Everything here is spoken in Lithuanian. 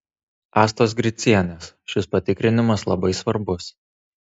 astos gricienės šis patikrinimas labai svarbus